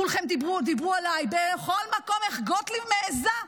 כולכם דיברתם עליי בכל מקום: איך גוטליב מעיזה?